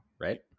Right